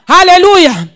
Hallelujah